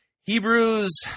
Hebrews